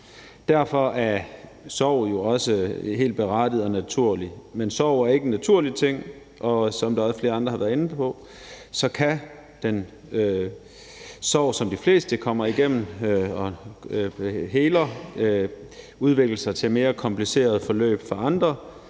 Derfor er sorg jo også noget helt berettiget og naturligt, men sorg er ikke en naturlig ting, og som flere andre også har været inde på, kan den sorg, som de fleste kommer igennem, og som heler, udvikle sig til mere komplicerede forløb for andre,